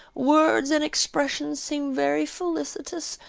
words and expressions seem very felicitous